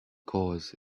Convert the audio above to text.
cause